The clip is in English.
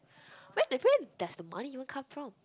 what different does the money even come from